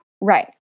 Right